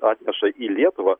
atneša į lietuvą